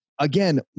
Again